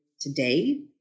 today